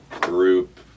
group